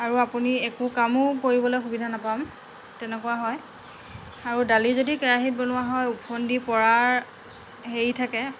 আৰু আপুনি একো কামো কৰিবলৈ সুবিধা নাপাম তেনেকুৱা হয় আৰু দালি যদি কেৰাহীত বনোৱা হয় ওফন্দি পৰাৰ হেৰি থাকে